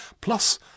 plus